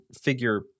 figure